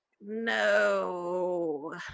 no